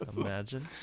Imagine